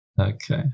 okay